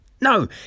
No